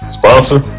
sponsor